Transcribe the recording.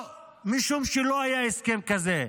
משום שלא היה הסכם כזה.